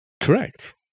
Correct